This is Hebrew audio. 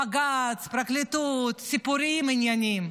בג"ץ, פרקליטות, סיפורים, עניינים.